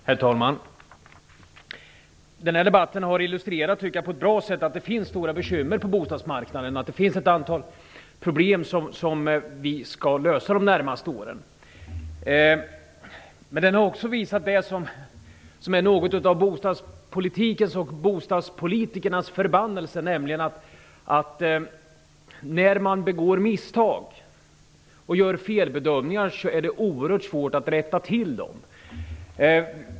Herr talman! Den här debatten har på ett bra sätt illustrerat att det finns stora bekymmer på bostadsmarknaden, att det finns ett antal problem som vi skall lösa under de närmaste åren. Men den har också visat det som är något av bostadspolitikens och bostadspolitikernas förbannelse, nämligen att det är oerhört svårt att rätta till misstag och felbedömningar.